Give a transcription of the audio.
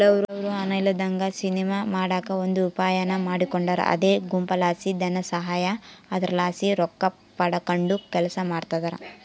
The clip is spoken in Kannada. ಕೆಲವ್ರು ಹಣ ಇಲ್ಲದಂಗ ಸಿನಿಮಾ ಮಾಡಕ ಒಂದು ಉಪಾಯಾನ ಮಾಡಿಕೊಂಡಾರ ಅದೇ ಗುಂಪುಲಾಸಿ ಧನಸಹಾಯ, ಅದರಲಾಸಿ ರೊಕ್ಕಪಡಕಂಡು ಕೆಲಸ ಮಾಡ್ತದರ